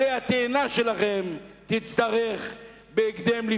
עלה התאנה שלכם, תצטרך לפרוש בהקדם.